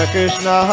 Krishna